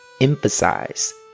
emphasize